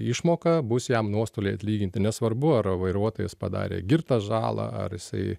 išmoką bus jam nuostoliai atlyginti nesvarbu ar vairuotojas padarė girtas žalą ar jisai